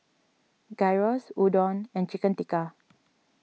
Gyros Udon and Chicken Tikka